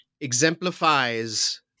exemplifies